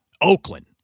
Oakland